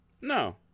No